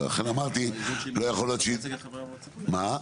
אמרתי, לא יכול להיות, מה?